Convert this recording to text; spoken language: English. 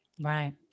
Right